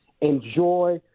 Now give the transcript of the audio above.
enjoy